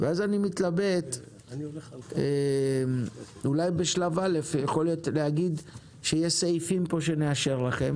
אז אני מתלבט אולי בשלב א' להגיד שיהיו סעיפים שנאשר לכם,